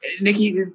Nikki